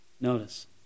Notice